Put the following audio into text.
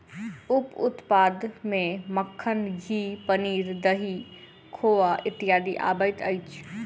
उप उत्पाद मे मक्खन, घी, पनीर, दही, खोआ इत्यादि अबैत अछि